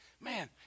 Man